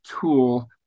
tool